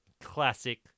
classic